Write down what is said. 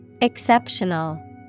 Exceptional